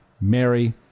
mary